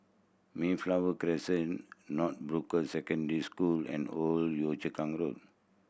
Mayflower Crescent Northbrooks Secondary School and Old Yio Chu Kang Road